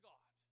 God